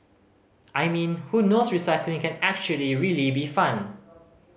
I mean who knows recycling can actually really be fun